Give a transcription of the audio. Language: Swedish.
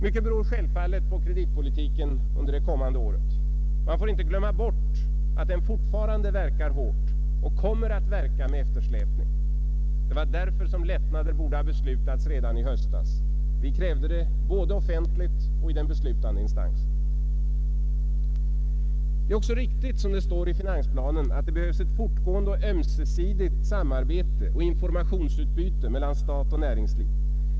Mycket beror självfallet på kreditpolitiken under det kommande året. Man får inte glömma bort att den fortfarande verkar och kommer att verka med eftersläpning. Därför borde lättnader ha beslutats redan i höstas. Vi krävde det, både offentligt och i den beslutande instansen. Det är riktigt som det står i finansplanen att det behövs ett fortgående och ömsesidigt samarbete och informationsutbyte mellan stat och näringsliv.